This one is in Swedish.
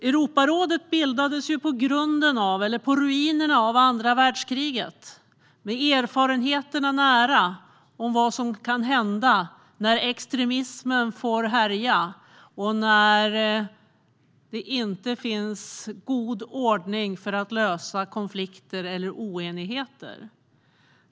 Europarådet bildades på ruinerna av andra världskriget, med erfarenheterna nära av vad som kan hända när extremismen får härja och när det inte finns god ordning för att lösa konflikter eller oenigheter.